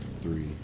three